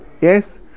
Yes